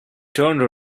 turned